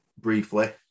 briefly